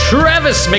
Travis